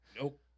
Nope